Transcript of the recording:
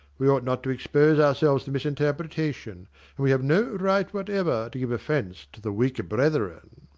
we ought not to expose ourselves to misinterpretation and we have no right whatever to give offence to the weaker brethren.